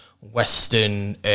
Western